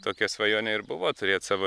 tokia svajonė ir buvo turėt savo